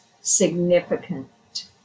significant